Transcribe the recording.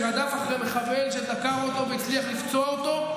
שרדף אחר מחבל שדקר אותו והצליח לפצוע אותו,